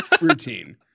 routine